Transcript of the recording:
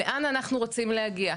לאן אנחנו רוצים להגיע,